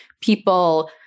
people